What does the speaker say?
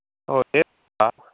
ओ एवं वा